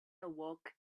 awoke